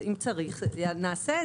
אם צריך, נעשה את זה.